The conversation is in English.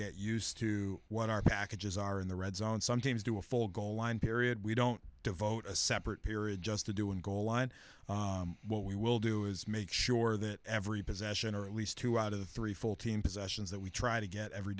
get used to when our packages are in the red zone some teams do a full goal line period we don't devote a separate period just to do and goal line what we will do is make sure that every possession or at least two out of three full team possessions that we try to get every